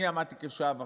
אני עמדתי כשעה וחצי,